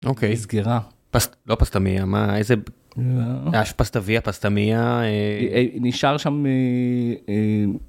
אוקיי סגירה. לא פסטה מיה, מה איזה? יש פסטה ויה, פסטה מיה? נשאר שם. אה..